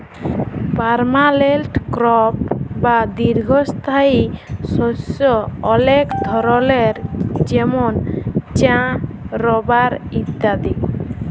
permanent crop বা দীঘ্ঘস্থায়ী শস্য অলেক ধরলের যেমল চাঁ, রাবার ইত্যাদি